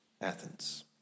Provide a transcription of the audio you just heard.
Athens